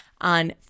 on